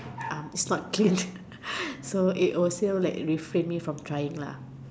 um it's not clean so it also like refrain me from trying lah